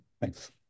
thanks